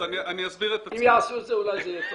אם יעשו את זה אולי זה יהיה טוב.